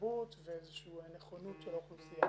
תרבות ואיזושהי נכונות של האוכלוסייה.